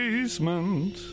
Basement